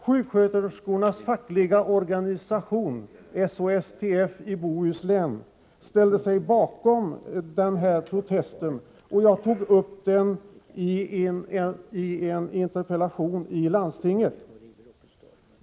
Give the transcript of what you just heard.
Sjuksköterskornas fackliga organisation, SHSTFi Bohuslän, ställde sig bakom denna protest, och jag tog upp den i en interpellation i landstinget.